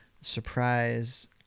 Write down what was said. surprise